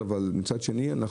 מצד שני,